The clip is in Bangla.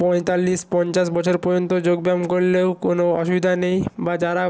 পঁয়তাল্লিশ পঞ্চাশ বছর পর্যন্ত যোগব্যায়াম করলেও কোনো অসুবিধা নেই বা যারা